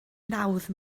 nawdd